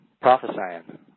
prophesying